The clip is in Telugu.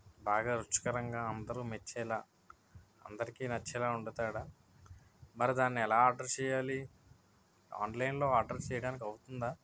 బాగా రుచికరంగా అందరు మెచ్చేలాగా అందరికి నచ్చేలాగా వండుతాడా మరి దాన్ని ఎలా ఆర్డర్ చేయాలి ఆన్లైన్లో ఆర్డర్ చేయడానికి అవుతుందా